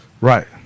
Right